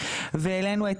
והעלינו את